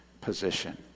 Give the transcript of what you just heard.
position